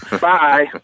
Bye